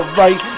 right